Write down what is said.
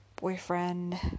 boyfriend